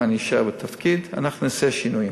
אם אני אשאר בתפקיד אנחנו נעשה שינויים.